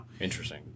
Interesting